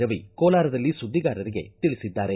ರವಿ ಕೋಲಾರದಲ್ಲಿ ಸುದ್ವಿಗಾರರಿಗೆ ತಿಳಿಸಿದ್ದಾರೆ